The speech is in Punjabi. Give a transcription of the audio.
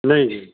ਨਹੀਂ ਜੀ